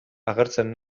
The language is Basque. agertzen